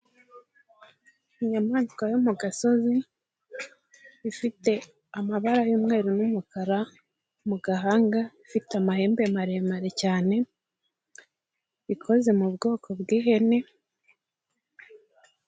Inyamanswa yo mu gasozi ifite amabara y'umweru n'umukara mu gahanga, ifite amahembe maremare cyane, ikoze mu bwoko bw'ihene.